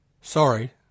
Sorry